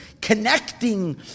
connecting